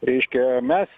reiškia mes